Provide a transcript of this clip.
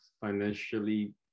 financially